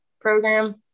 program